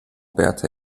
berta